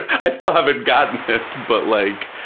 i still haven't gotten it, but like,